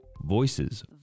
Voices